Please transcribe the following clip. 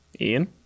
Ian